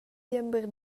diember